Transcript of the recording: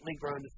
grown